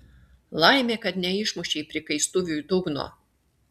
laimė kad neišmušei prikaistuviui dugno